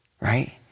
right